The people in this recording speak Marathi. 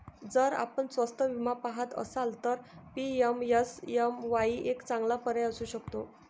जर आपण स्वस्त विमा पहात असाल तर पी.एम.एस.एम.वाई एक चांगला पर्याय असू शकतो